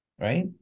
right